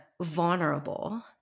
vulnerable